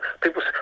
people